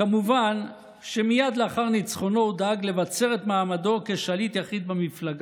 כמובן שמייד לאחר ניצחונו הוא דאג לבצר את מעמדו כשליט יחיד במפלגה.